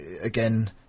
again